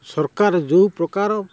ସରକାର ଯେଉଁ ପ୍ରକାର